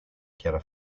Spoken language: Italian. chiara